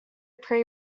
prey